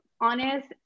honest